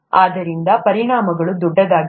ಆದ್ದರಿಂದ ಪರಿಣಾಮಗಳು ದೊಡ್ಡದಾಗಿದೆ